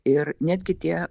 ir netgi tie